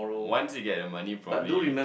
once you get the money probably